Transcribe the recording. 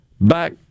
back